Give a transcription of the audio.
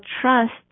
trust